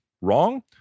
wrong